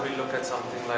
look at something